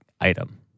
item